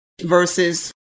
versus